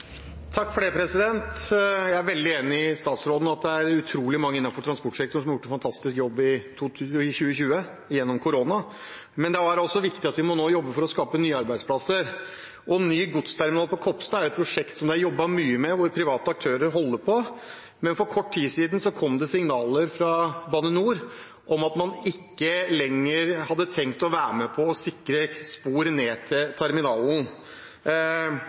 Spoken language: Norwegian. veldig enig med statsråden i at det er utrolig mange innenfor transportsektoren som har gjort en fantastisk jobb gjennom koronaen i 2020. Det er også viktig at vi nå må jobbe for å skaffe nye arbeidsplasser. Ny godsterminal på Kopstad er et prosjekt det er jobbet mye med – private aktører holder på. For kort tid siden kom det signaler fra Bane NOR om at man ikke lenger hadde tenkt å være med på å sikre spor ned til terminalen.